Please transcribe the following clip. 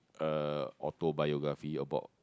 uh autobiography about